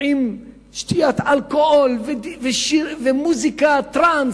עם שתיית אלכוהול ומוזיקת טרנס